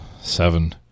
Seven